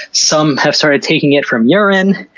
some have started taking it from urine.